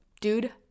dude